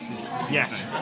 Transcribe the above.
Yes